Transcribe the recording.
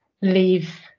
leave